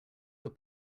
your